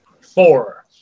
four